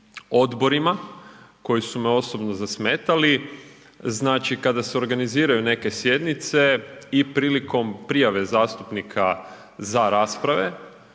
odborima koji su me osobno zasmetali. Znači kada se organiziraju neke sjednice i prilikom prijave zastupnika za rasprave,